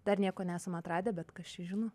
dar nieko nesam atradę bet kas čia žino